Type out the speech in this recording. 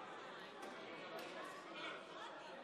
אני קובע כי הצעת החוק לא התקבלה.